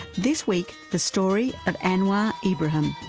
this week, the story of anwar ibrahim.